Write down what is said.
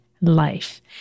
life